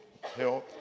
health